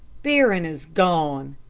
barron is gone,